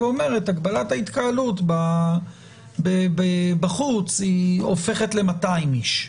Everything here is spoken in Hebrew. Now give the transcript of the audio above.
ואומרת: הגבלת ההתקהלות בחוץ הופכת ל-200 איש?